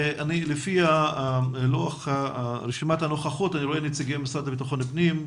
לפי רשימת הנוכחים אני רואה את נציגי המשרד לביטחון פנים,